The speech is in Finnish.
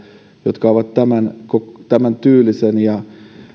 jotka ovat tämäntyylisen